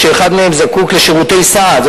או שאחד מהם זקוק לשירותי סעד.